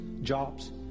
jobs